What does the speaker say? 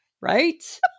Right